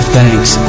thanks